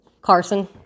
Carson